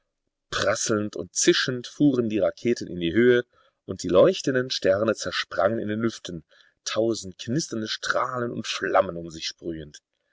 prasselnd und zischend fuhren die raketen in die höhe und die leuchtenden sterne zersprangen in den lüften tausend knisternde strahlen und flammen um sich sprühend